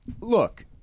look-